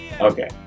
Okay